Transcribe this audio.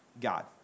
God